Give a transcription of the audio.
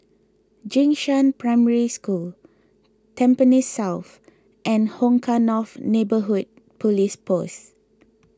Jing Shan Primary School Tampines South and Hong Kah North Neighbourhood Police Post